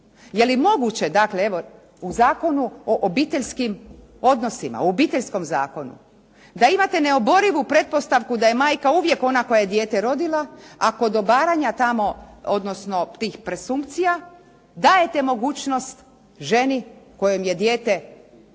Je li moguće dakle evo u Zakonu o obiteljskim odnosima, u Obiteljskom zakonu da imate neoborivu pretpostavku da je majka uvijek ona koja je dijete rodila. A kod obaranja tamo, odnosno tih presumpcija dajete mogućnost ženi kojom je dijete, čija